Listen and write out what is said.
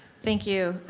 thank you,